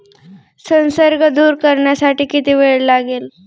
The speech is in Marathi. संसर्ग दूर करण्यासाठी किती वेळ लागेल?